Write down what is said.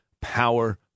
Power